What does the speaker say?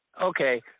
Okay